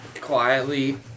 quietly